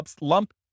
lump